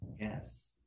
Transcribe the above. Yes